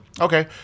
okay